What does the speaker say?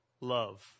love